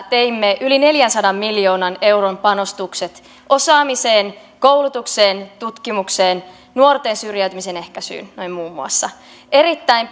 teimme yli neljänsadan miljoonan euron panostukset muun muassa osaamiseen koulutukseen tutkimukseen nuorten syrjäytymisen ehkäisyyn erittäin